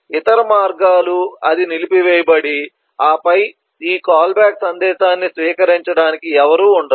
ఇతర మార్గాలు అది నిలిపివేయబడి ఆపై ఈ కాల్ బ్యాక్ సందేశాన్ని స్వీకరించడానికి ఎవరూ ఉండరు